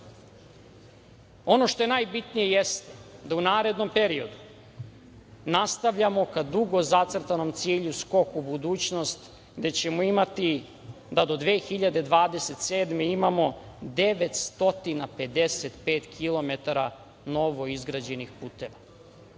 što je najbitnije jeste da u narednom periodu nastavljamo ka dugo zacrtanom cilju skok u budućnost, gde ćemo imati da do 2027. godine imamo 955 kilometra novoizgrađenih puteva.